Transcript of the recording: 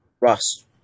Rust